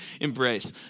embrace